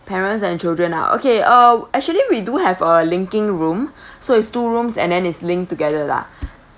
parents and children ah okay uh actually we do have a linking room so is two rooms and then is linked together lah